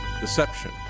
deception